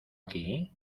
aquí